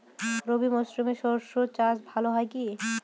রবি মরশুমে সর্ষে চাস ভালো হয় কি?